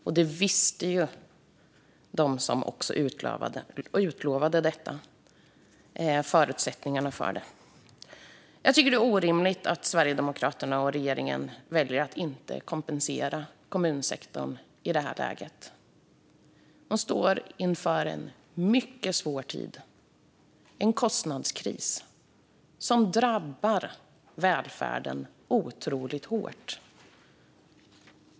Och de som utlovade detta visste ju förutsättningarna. Det är orimligt att Sverigedemokraterna och regeringen väljer att inte kompensera kommunsektorn i det här läget. De står inför en mycket svår tid - en kostnadskris som drabbar välfärden otroligt hårt.